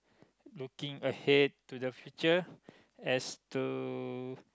looking ahead to the future as to